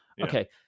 Okay